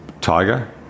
Tiger